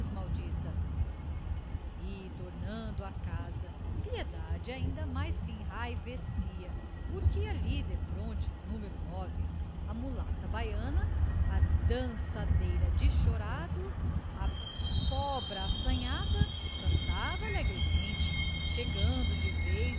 maldita e tornando à casa piedade ainda mais se enraivecia porque a lida fronte numero a mulata baiana a dançadeira de chorado a cobra assanhada cantava alegremente chegando de vez